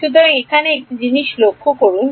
সুতরাং এখানে একটি জিনিস লক্ষ্য করুন